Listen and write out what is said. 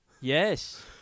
yes